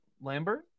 Lambert